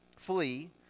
Flee